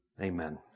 Amen